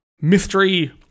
mystery